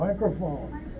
Microphone